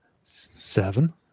Seven